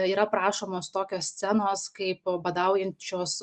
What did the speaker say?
yra aprašomos tokios scenos kaip badaujančios